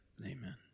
Amen